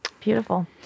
Beautiful